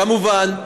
כמובן,